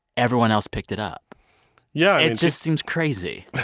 everyone else picked it up yeah it just seems crazy.